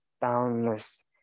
boundless